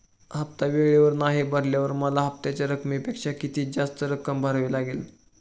हफ्ता वेळेवर नाही भरल्यावर मला हप्त्याच्या रकमेपेक्षा किती जास्त रक्कम भरावी लागेल?